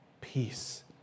peace